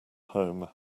home